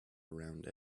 around